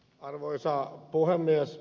arvoisa puhemies